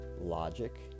logic